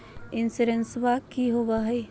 इंसोरेंसबा की होंबई हय?